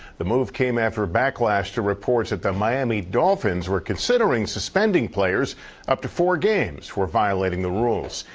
the move came after backlash to reports that the miami dolphins were considering suspended players up to four games for violating the rules.